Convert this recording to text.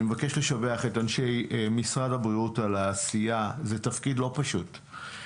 אני מבקש לשבח את אנשי משרד הבריאות על העשייה בתפקיד הלא פשוט הזה.